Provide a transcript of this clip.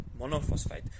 monophosphate